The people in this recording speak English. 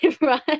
Right